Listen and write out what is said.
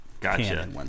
gotcha